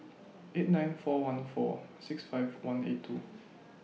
eight nine four one four six five one eight two